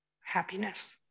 happiness